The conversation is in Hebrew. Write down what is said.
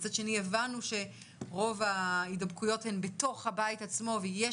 מצד שני הבנו שרוב ההידבקויות הן בתוך הבית עצמו ויש